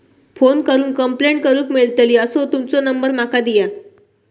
Phone करून complaint करूक मेलतली असो तुमचो नंबर माका दिया?